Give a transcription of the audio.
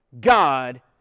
God